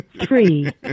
three